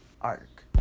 arc